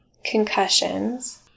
concussions